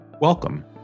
Welcome